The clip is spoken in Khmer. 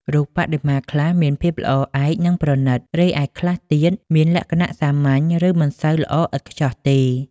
រូបបដិមា ខ្លះមានភាពល្អឯក និងប្រណិត រីឯខ្លះទៀតមានលក្ខណៈសាមញ្ញ ឬមិនសូវល្អឥតខ្ចោះទេ។